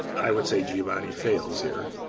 i would say giovanni fails here,